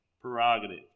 prerogative